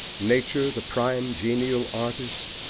nature, the prime, genial artist,